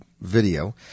video